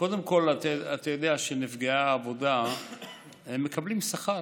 קודם כול, אתה יודע שנפגעי עבודה מקבלים שכר